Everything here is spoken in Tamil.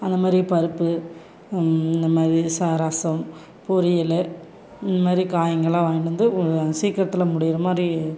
அந்த மாதிரி பருப்பு இந்த மாதிரி ரசம் பொரியல் இந்த மாதிரி காய்ங்கள்லாம் வாங்கிட்டு வந்து சீக்கிரத்தில் முடிகிற மாதிரி